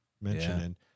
mentioning